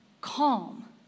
calm